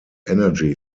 energy